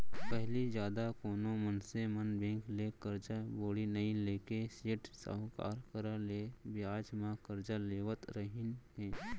पहिली जादा कोनो मनसे मन बेंक ले करजा बोड़ी नइ लेके सेठ साहूकार करा ले बियाज म करजा लेवत रहिन हें